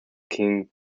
king